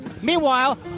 Meanwhile